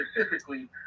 specifically